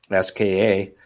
SKA